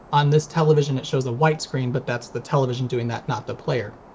on this television is shows a white screen, but that's the television doing that, not the player.